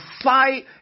fight